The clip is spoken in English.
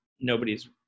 nobody's